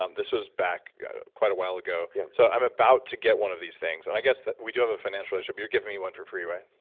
um this was back quite a while ago, yeah so i'm about to get one of these things. and i guess we do have a financial issue. but you're giving me one for free, right?